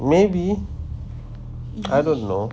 maybe I don't know